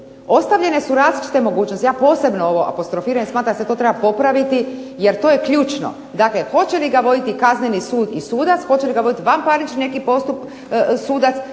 Ostavljene su različite mogućnosti. Ja posebno ovo apostrofiram i smatram da se to treba popraviti jer to je ključno. Dakle, hoće li ga voditi Kazneni sud i sudac, hoće li ga voditi vanparnični neki sudac